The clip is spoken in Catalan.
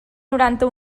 noranta